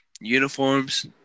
Uniforms